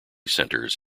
centers